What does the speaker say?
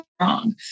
wrong